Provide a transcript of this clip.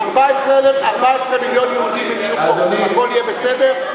14 מיליון יהודים ישבו פה והכול יהיה בסדר?